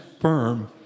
firm